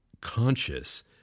conscious